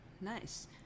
Nice